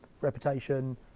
reputation